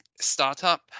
startup